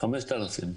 5,000 שקל.